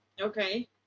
Okay